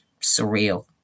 surreal